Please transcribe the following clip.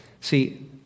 See